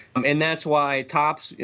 um and that's why topps,